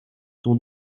ton